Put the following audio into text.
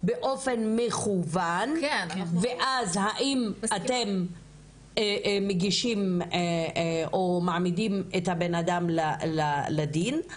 באופן מכוון ואז האם אתם מגישים או מעמידים את הבן אדם לדין,